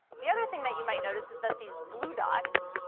the other thing that you might notice is that these blue dots,